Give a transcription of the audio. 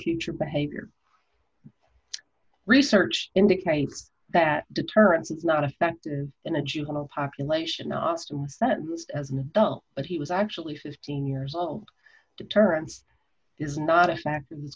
future behavior research indicates that deterrence it's not effective in a juvenile population asta was sentenced as an adult but he was actually fifteen years old deterrence is not a factor